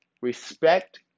Respect